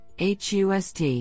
HUST